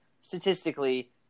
statistically